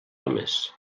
homes